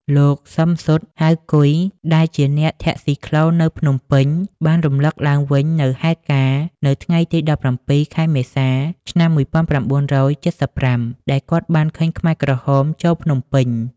លោក ស៊ឹម សុត ហៅ កុយ ដែលជាអ្នកធាក់ស៊ីក្លូនៅភ្នំពេញ បានរំឭកឡើងវិញនូវហេតុការណ៍ នៅថ្ងៃទី ១៧ ខែមេសា ឆ្នាំ ១៩៧៥ ដែលគាត់បានឃើញខ្មែរក្រហមចូលភ្នំពេញ ។